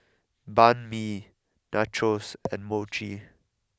Banh Mi Nachos and Mochi